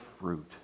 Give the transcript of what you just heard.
fruit